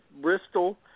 bristol